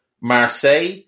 Marseille